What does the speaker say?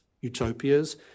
utopias